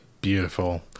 Beautiful